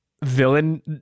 villain